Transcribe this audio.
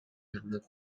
берилет